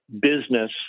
business